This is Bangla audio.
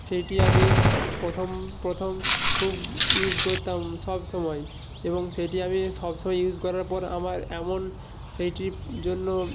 সেটি আমি প্রথম প্রথম খুব ইউস করতাম সব সময় এবং সেটি আমি সব সময় ইউস করার পর আমার এমন সেইটির জন্য